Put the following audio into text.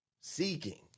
seeking